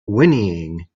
whinnying